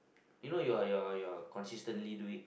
you know you're you're you're consistently do it